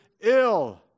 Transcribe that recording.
ill